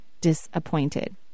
disappointed